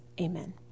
Amen